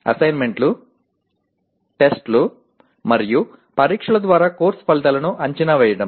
అసైన్మెంట్లు టెస్ట్స్ లు మరియు పరీక్షల ద్వారా కోర్సు ఫలితాలను అంచనా వేయడం